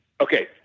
Okay